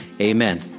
Amen